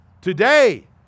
Today